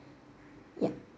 ya